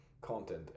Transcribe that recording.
content